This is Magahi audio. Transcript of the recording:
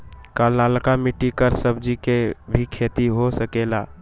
का लालका मिट्टी कर सब्जी के भी खेती हो सकेला?